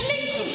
יש לי תחושה,